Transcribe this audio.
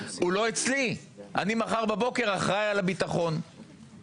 לאילו שמחות אני הולך, בכל יום, כל הזמן.